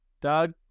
Doug